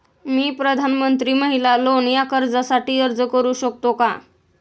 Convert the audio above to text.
मी प्रधानमंत्री महिला लोन या कर्जासाठी अर्ज करू शकतो का?